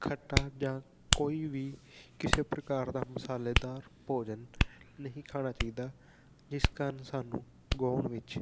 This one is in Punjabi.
ਖੱਟਾ ਜਾਂ ਕੋਈ ਵੀ ਕਿਸੇ ਪ੍ਰਕਾਰ ਦਾ ਮਸਾਲੇਦਾਰ ਭੋਜਨ ਨਹੀਂ ਖਾਣਾ ਚਾਹੀਦਾ ਜਿਸ ਕਾਰਨ ਸਾਨੂੰ ਗਾਉਣ ਵਿੱਚ